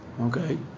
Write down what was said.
Okay